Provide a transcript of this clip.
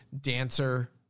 dancer